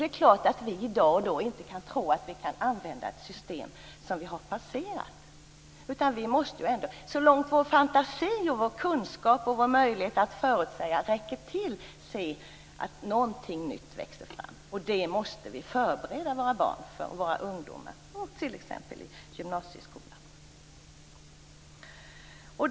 Det är klart att vi i dag inte kan tro att vi kan använda ett system som redan är passerat. Vi måste så långt vår fantasi, vår kunskap och vår möjlighet att förutsäga räcker till se till att någonting nytt växer fram. Det måste vi förbereda våra barn och ungdomar för, t.ex. i gymnasieskolan.